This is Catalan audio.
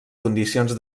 condicions